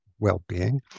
Well-being